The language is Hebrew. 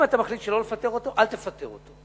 אם אתה מחליט שלא לפטר אותו, אל תפטר אותו.